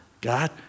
God